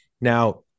Now